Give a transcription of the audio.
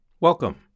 Welcome